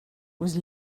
was